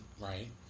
right